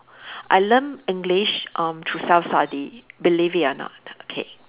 I learn English um through self study believe it or not okay